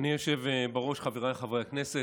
אדוני היושב-ראש, חבריי חברי הכנסת,